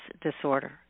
disorder